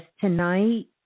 tonight